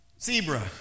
Zebra